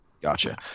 Gotcha